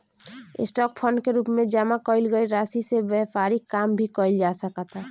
stock fund के रूप में जामा कईल गईल राशि से व्यापारिक काम भी कईल जा सकता